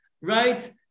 right